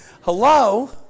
Hello